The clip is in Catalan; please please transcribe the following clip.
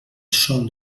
sol